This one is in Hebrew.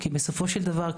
כי בסופו של דבר,